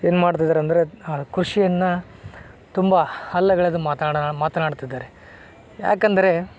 ಏನು ಮಾಡ್ತಿದ್ದಾರಂದ್ರೆ ಆ ಕೃಷಿಯನ್ನು ತುಂಬ ಅಲ್ಲಗೆಳೆದ್ ಮಾತಾಡ ಮಾತನಾಡುತ್ತಿದ್ದಾರೆ ಯಾಕೆಂದ್ರೆ